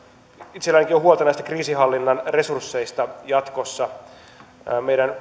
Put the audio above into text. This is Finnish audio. itsellänikin on huolta näistä kriisinhallinnan resursseista jatkossa perinteisesti meidän